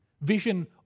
Vision